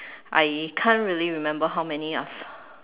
I can't really remember how many I've